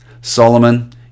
Solomon